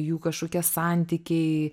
jų kažkokie santykiai